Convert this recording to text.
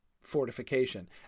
fortification